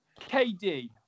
KD